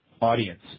audience